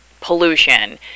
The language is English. pollution